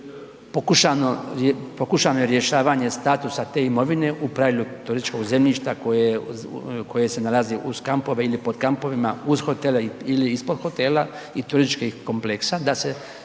pokušano je rješavanje statusa te imovine u pravilu turističkog zemljišta koje se nalazi uz kampove ili pod kampovima, uz hotele ili ispod hotela i turističkih kompleksa da se